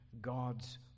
God's